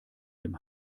dem